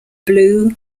blue